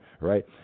Right